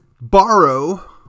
borrow